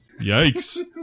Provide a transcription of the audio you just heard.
Yikes